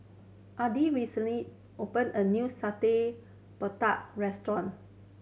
Addie recently open a new satay restaurant